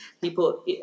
people